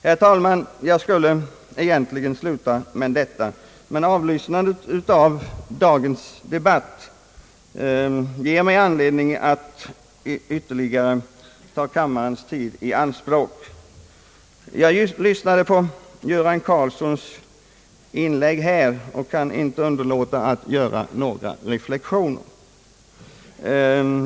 Herr talman, jag skulle egentligen sluta med detta, men avlyssnandet av dagens debatt ger mig anledning att ytterligare ta kammarens tid i anspråk. Jag lyssnade på herr Göran Karlssons inlägg och kan inte underlåta att göra några reflexioner.